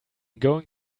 going